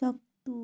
शकतू?